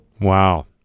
Wow